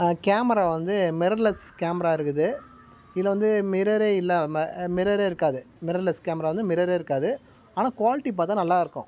camera வந்து mirrorless camera இருக்குது இதில் வந்து மிரரே இல்லாமல் மிரரே இருக்காது மிரர்லெஸ் கேமரா வந்து மிரரே இருக்காது ஆனால் குவாலிட்டி பார்த்தா நல்லா இருக்கும்